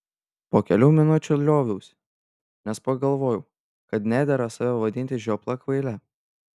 po kelių minučių lioviausi nes pagalvojau kad nedera save vadinti žiopla kvaile